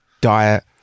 diet